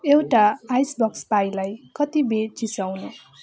एउटा आइसबक्स स्पाईलाई कतिबेर चिस्याउनु